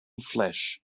flesh